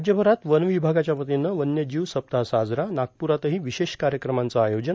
राज्यभरात वन विभागाच्या वतीनं वव्यजीव सप्ताह साजरा नागपुरातही विशेष कार्यक्रमाचं आयोजन